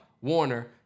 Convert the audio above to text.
Warner